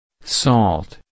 Salt